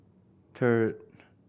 third